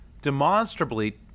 demonstrably